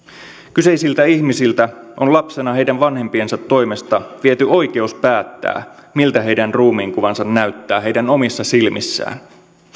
kyseisiltä ihmisiltä on lapsena heidän vanhempiensa toimesta viety oikeus päättää miltä heidän ruumiinkuvansa näyttää heidän omissa silmissään